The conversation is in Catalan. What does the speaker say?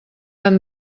han